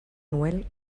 noel